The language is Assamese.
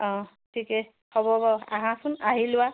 অঁ ঠিকে হ'ব বাৰু আহাচোন আহি লোৱা